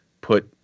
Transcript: put